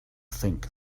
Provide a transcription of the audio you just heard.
think